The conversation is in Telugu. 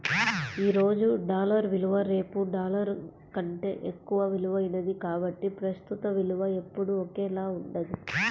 ఈ రోజు డాలర్ విలువ రేపు డాలర్ కంటే ఎక్కువ విలువైనది కాబట్టి ప్రస్తుత విలువ ఎప్పుడూ ఒకేలా ఉండదు